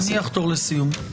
אני אחתור לסיום.